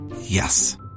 Yes